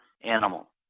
animal